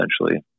essentially